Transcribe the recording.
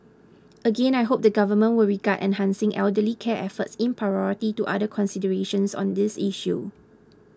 again I hope the government will regard enhancing elderly care efforts in priority to other considerations on this issue